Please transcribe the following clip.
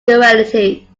duality